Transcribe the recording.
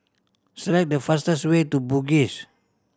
select the fastest way to Bugis